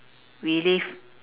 relive